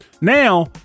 Now